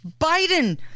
Biden